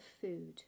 food